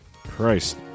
Christ